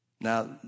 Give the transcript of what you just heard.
Now